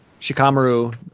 shikamaru